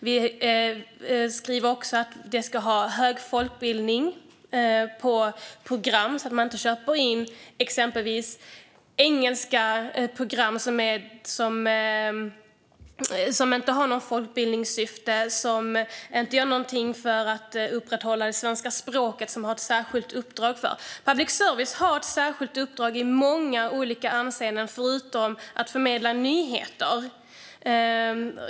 Vi skriver också att det ska vara en hög folkbildningsnivå på programmen så att man inte köper in exempelvis engelska program som inte har något folkbildningssyfte och inte gör någonting för att upprätthålla det svenska språket, vilket public service har ett särskilt uppdrag att göra. Public service har ett särskilt uppdrag i många olika avseenden förutom att förmedla nyheter.